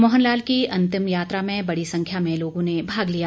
मोहन लाल के अंतिम यात्रा में बड़ी संख्या में लोगों ने भाग लिया